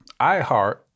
iHeart